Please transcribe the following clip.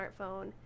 smartphone